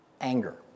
Anger